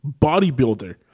bodybuilder